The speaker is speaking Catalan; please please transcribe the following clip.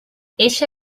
eixa